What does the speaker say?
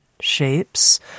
shapes